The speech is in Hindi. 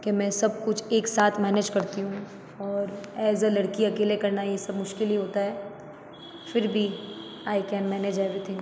कि मैं सब कुछ एक साथ मैनेज करती हूँ और एज ए लड़की अकेले करना ये सब मुश्किल ही होता है फिर भी आई कैन मैनेज एवरीथिंग